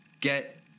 get